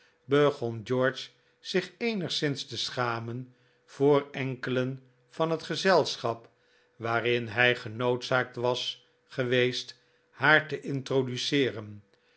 begon george zich eenigszins te schamen voor enkelen van het gezelschap waarin hij genoodzaakt was geweest haar te introduceercn